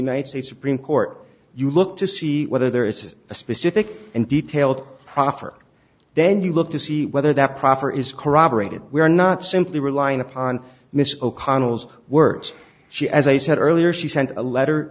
united states supreme court you look to see whether there is a specific and detailed proffer then you look to see whether that proffer is corroborated we are not simply relying upon mrs o'connell's words she as i said earlier she sent a letter